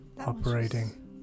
operating